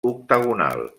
octagonal